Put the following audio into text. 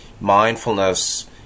mindfulness